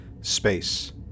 Space